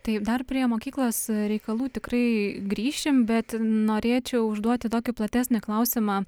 taip dar prie mokyklos reikalų tikrai grįšim bet norėčiau užduoti tokį platesnį klausimą